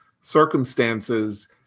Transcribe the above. circumstances